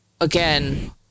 again